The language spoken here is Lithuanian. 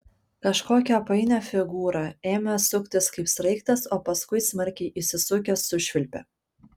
kažkokią painią figūrą ėmė suktis kaip sraigtas o paskui smarkiai įsisukęs sušvilpė